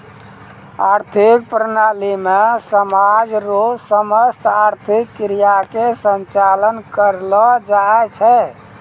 आर्थिक प्रणाली मे समाज रो समस्त आर्थिक क्रिया के संचालन करलो जाय छै